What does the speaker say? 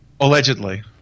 Allegedly